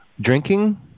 Drinking